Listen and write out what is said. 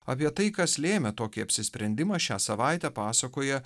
apie tai kas lėmė tokį apsisprendimą šią savaitę pasakoja